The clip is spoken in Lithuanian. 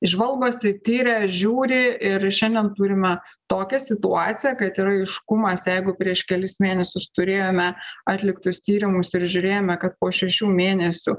žvalgosi tiria žiūri ir šiandien turime tokią situaciją kad yra aiškumas jeigu prieš kelis mėnesius turėjome atliktus tyrimus ir žiūrėjome kad po šešių mėnesių